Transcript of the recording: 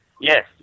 Yes